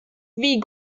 wie